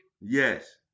yes